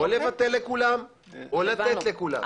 או לבטל לכולם או לתת לכולם.